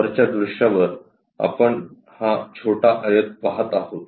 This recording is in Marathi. वरच्या दृश्यावर आपण हा छोटा आयत पाहत आहोत